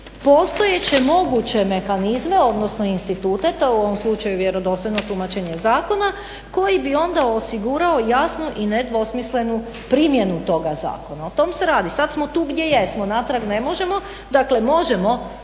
postojeće moguće mehanizme odnosno institute to je u ovom slučaju vjerodostojno tumačenje zakona koji bi onda osigurao jasno i nedvosmislenu primjenu toga zakona. O tom se radi. Sada smo tu gdje jesmo, natrag ne možemo. Dakle možemo